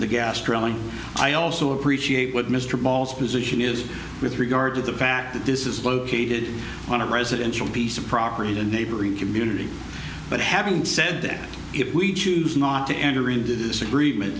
drilling i also appreciate what mr ball's position is with regard to the fact that this is located on a residential piece of property to a neighboring community but having said that if we choose not to enter into this agreement